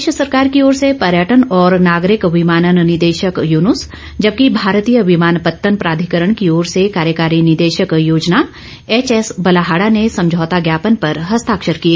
प्रदेश सरकार की ओर से पर्यटन और नागरिक विमानन निदेशक यूनुस जबकि भारतीय विमानपत्तन प्राधिकरण की ओर से कार्यकारी निदेशक योजना एच एस बलहाड़ा ने समझौता ज्ञापन पर हस्ताक्षर किए